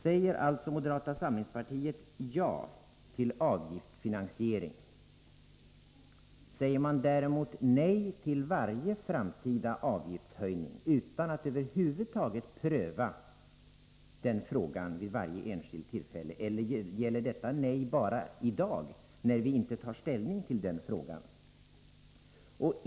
Säger alltså moderata samlingspartiet ja till avgiftsfinansiering? Eller säger man nej till varje framtida avgiftshöjning, utan att över huvud taget pröva den frågan vid varje enskilt tillfälle? Eller gäller detta nej bara i dag när vi inte tar upp den frågan?